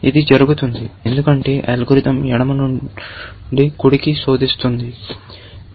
ఇది జరుగుతుంది ఎందుకంటే అల్గోరిథం ఎడమ నుండి కుడికి శోధిస్తుంది